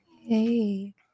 Hey